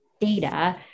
data